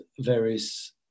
various